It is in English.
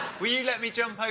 will you let me jump ah